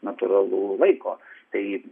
natūralu laiko tai